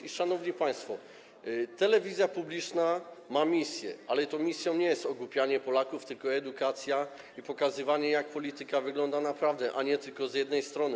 I, szanowni państwo, telewizja publiczna ma misję, ale tą misją nie jest ogłupianie Polaków, tylko edukacja i pokazywanie, jak polityka wygląda naprawdę, a nie tylko z jednej strony.